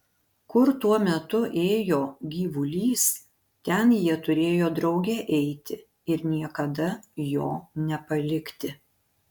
kur tuo metu ėjo gyvulys ten jie turėjo drauge eiti ir niekada jo nepalikti